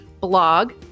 blog